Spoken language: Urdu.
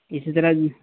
اسی طرح